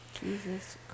Jesus